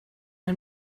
ein